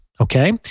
okay